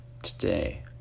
today